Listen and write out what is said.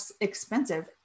expensive